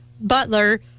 butler